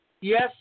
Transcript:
Yes